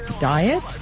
diet